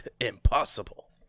Impossible